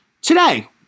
today